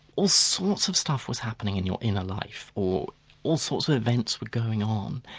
all sorts of stuff was happening in your inner life, or all sorts of events were going on.